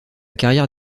carrière